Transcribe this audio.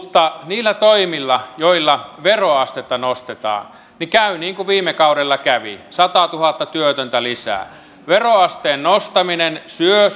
mutta niillä toimilla joilla veroastetta nostetaan käy niin kuin viime kaudella kävi satatuhatta työtöntä lisää veroasteen nostaminen syö